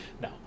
No